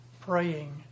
praying